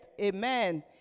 amen